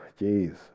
jeez